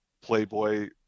Playboy